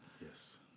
Yes